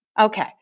Okay